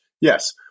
Yes